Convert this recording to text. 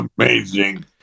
amazing